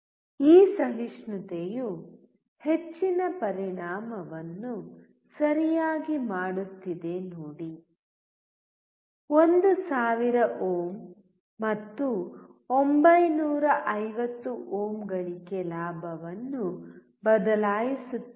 ಈ ಸಹಿಷ್ಣುತೆಯು ಹೆಚ್ಚಿನ ಪರಿಣಾಮವನ್ನು ಸರಿಯಾಗಿ ಮಾಡುತ್ತಿದೆ ನೋಡಿ 1 ಸಾವಿರ ಓಮ್ ಮತ್ತು 950 ಓಮ್ ಗಳಿಕೆ ಲಾಭವನ್ನು ಬದಲಾಯಿಸುತ್ತದೆ